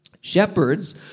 Shepherds